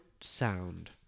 sound